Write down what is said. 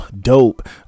dope